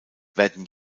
werden